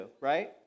right